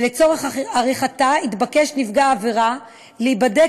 ולצורך עריכתה יתבקש נפגע העבירה להיבדק